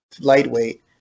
lightweight